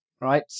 right